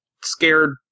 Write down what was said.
scared